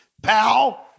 Pal